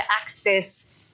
access